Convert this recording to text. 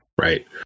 Right